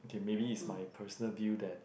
okay maybe it's my personal view that